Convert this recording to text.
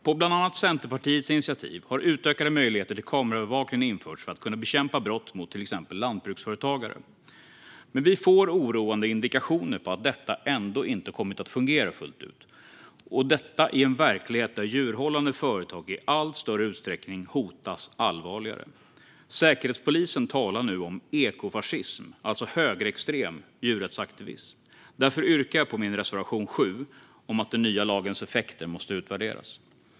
På bland annat Centerpartiets initiativ har utökade möjligheter till kameraövervakning införts för att kunna bekämpa brott mot till exempel lantbruksföretagare. Vi får oroande indikationer på att detta ändå inte har kommit att fungera fullt ut - detta i en verklighet där djurhållande företag i allt större utsträckning utsätts för allvarliga hot. Säkerhetspolisen talar nu om ekofascism, alltså högerextrem djurrättsaktivism. Därför yrkar jag bifall till min reservation 7 om att den nya lagens effekter måste utvärderas.